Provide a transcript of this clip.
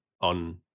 on